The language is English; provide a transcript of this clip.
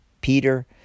Peter